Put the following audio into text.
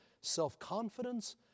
self-confidence